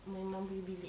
my mum punya bilik